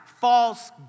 false